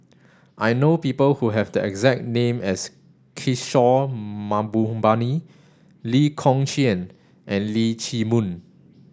I know people who have the exact name as Kishore Mahbubani Lee Kong Chian and Leong Chee Mun